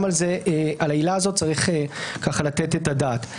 גם על העילה הזאת צריך לתת את הדעת.